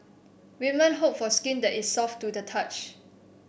women hope for skin that is soft to the touch